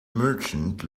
merchant